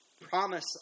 promise